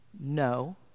No